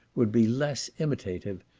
would be less imitative,